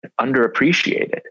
underappreciated